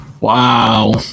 Wow